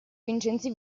vincenzi